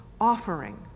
offering